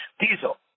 diesel